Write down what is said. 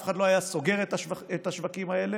אף אחד לא היה סוגר את השווקים האלה,